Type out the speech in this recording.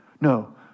No